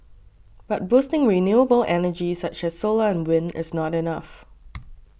but boosting renewable energy such as solar and wind is not enough